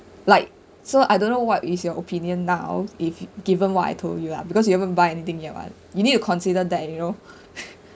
like so I don't know what is your opinion now if given what I told you ah because you haven't buy anything yet [what] you need to consider that you know